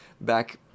back